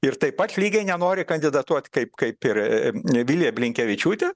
ir taip pat lygiai nenori kandidatuot kaip kaip ir vilija blinkevičiūtė